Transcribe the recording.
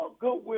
Goodwill